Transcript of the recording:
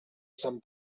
sant